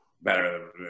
better